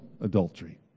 adultery